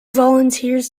volunteers